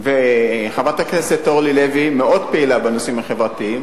וחברת הכנסת אורלי לוי מאוד פעילה בנושאים החברתיים.